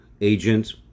agents